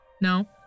No